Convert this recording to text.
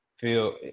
feel